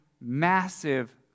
massive